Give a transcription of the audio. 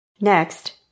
Next